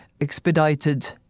expedited